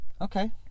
Okay